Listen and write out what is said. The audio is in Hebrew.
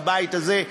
בבית הזה,